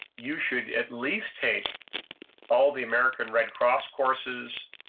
you should at least take all the american red cross courses,